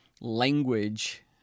language